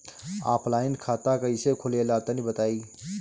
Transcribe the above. Offline खाता कइसे खुलेला तनि बताईं?